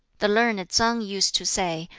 the learned tsang used to say,